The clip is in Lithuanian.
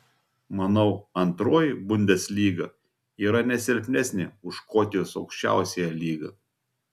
manau antroji bundeslyga yra ne silpnesnė už škotijos aukščiausiąją lygą